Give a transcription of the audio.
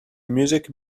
music